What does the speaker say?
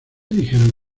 dijeron